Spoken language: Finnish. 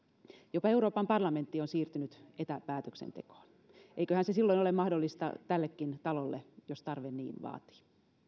jopa euroopan parlamentti on siirtynyt etäpäätöksentekoon eiköhän se silloin ole mahdollista tällekin talolle jos tarve niin vaatii